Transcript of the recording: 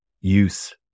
use